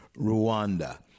Rwanda